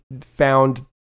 found